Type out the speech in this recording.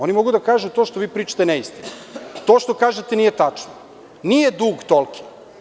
Oni mogu da kažu – to što vi pričate je neistina, to što kažete nije tačno, nije dug toliki.